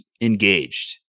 engaged